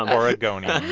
oregonian